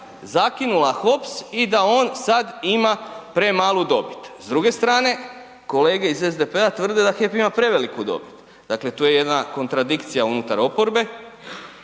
zakinula HOPS i da on sad ima premalu dobit. S druge strane kolege iz SDP-a tvrde da HEP ima preveliku dobit, dakle tu je jedna kontradikcija unutar oporbe.